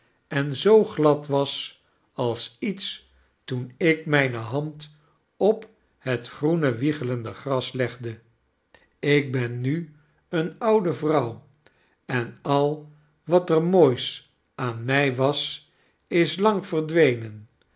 en zoo glad was als iets toen ik myne hand op het groene wiegelende gras legde ik ben nu eene oude vrouw en al wat er moois aan my was is lang verdwenen